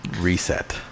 reset